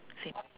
same